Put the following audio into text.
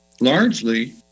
largely